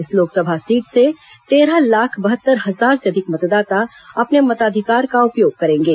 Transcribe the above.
इस लोकसभा सीट से तेरह लाख बहत्तर हजार से अधिक मतदाता अपने मताधिकार का उपयोग करेंगे